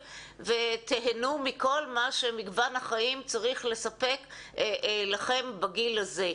ותיהנו מכל מה שמגוון החיים צריך לספק לכם בגיל הזה.